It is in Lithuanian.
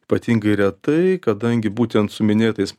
ypatingai retai kadangi būtent su minėtais